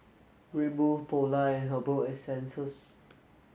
Red Bull Polar and Herbal Essences